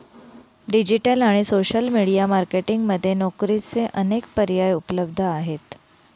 digital आणि social media marketing मध्ये नोकरीचे अनेक पर्याय उपलब्ध आहेत